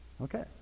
Okay